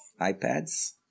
iPads